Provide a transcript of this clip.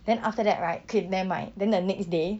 then after that right okay never mind then the next day